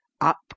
Up